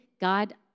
God